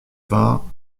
vingts